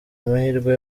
amahirwe